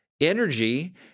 energy